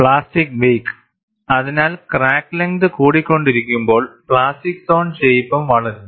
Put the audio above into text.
plastic wake അതിനാൽ crack length കൂടിക്കൊണ്ടിരിമ്പോൾ plastic zone ഷെയിപ്പും വളരുന്നു